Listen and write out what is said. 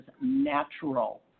natural